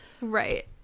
Right